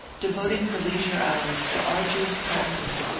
devoting her leisure hours to arduous practice,